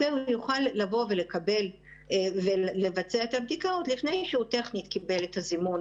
הוא יוכל לבוא ולקבל ולבצע את הבדיקות לפני שהוא טכנית קיבל את הזימון